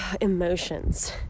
emotions